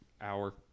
hour